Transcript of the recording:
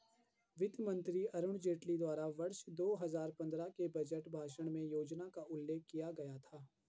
वित्त मंत्री अरुण जेटली द्वारा वर्ष दो हजार पन्द्रह के बजट भाषण में योजना का उल्लेख किया गया था